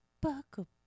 Buckle